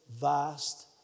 vast